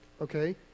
okay